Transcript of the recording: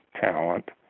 talent